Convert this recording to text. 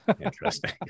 interesting